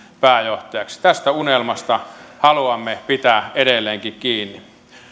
pääjohtajaksi tästä unelmasta haluamme pitää edelleenkin kiinni